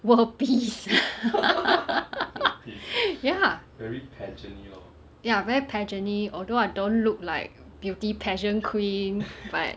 world peace ya ya very pageant-ish although I don't look like beauty pageant queen but